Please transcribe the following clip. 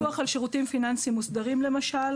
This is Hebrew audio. חוק הפיקוח על שירותים פיננסיים מוסדרים למשל